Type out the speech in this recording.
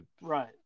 Right